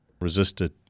resisted